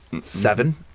Seven